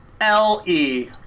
L-E